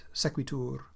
sequitur